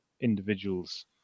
individuals